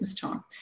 time